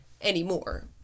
Anymore